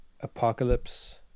Apocalypse